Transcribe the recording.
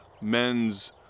men's